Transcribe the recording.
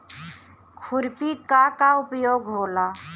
खुरपी का का उपयोग होला?